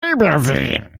hinübersehen